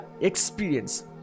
experience